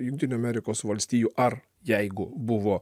jungtinių amerikos valstijų ar jeigu buvo